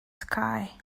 sky